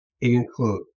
include